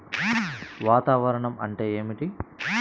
వాతావరణం అంటే ఏమిటి?